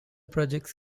projects